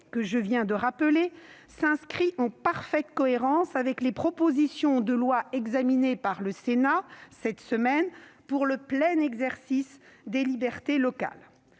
que je viens de rappeler, s'inscrit en parfaite cohérence avec les propositions de loi étudiées par le Sénat cette semaine pour le plein exercice des libertés locales.